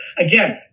Again